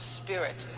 spirit